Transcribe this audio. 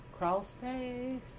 crawlspace